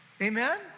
Amen